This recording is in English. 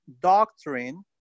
doctrine